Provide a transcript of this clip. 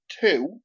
two